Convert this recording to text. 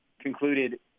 concluded